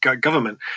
government